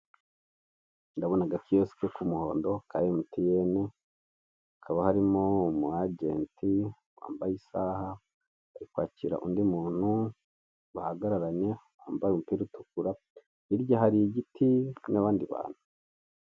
Ndabona agakiyosike k'umuhondo ka MTN, hakaba harimo umu ajenti wambaye isaha, ari kwakira undi muntu bahagararanye wambaye umupira utukura, hirya hari igiti n'abandi bantu.